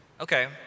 Okay